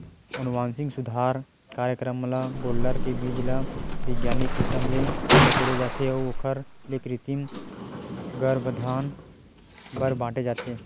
अनुवांसिक सुधार कारयकरम म गोल्लर के बीज ल बिग्यानिक किसम ले सकेले जाथे अउ ओखर ले कृतिम गरभधान बर बांटे जाथे